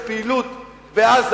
על הפעילות בעזה,